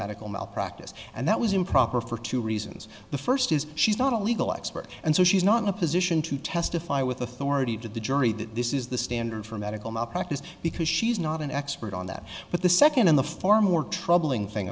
medical malpractise and that was improper for two reasons the first is she's not a legal expert and so she's not in a position to testify with authority to the jury that this is the standard for medical malpractise because she's not an expert on that but the second in the four more troubling thing